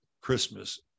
Christmas